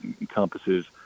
encompasses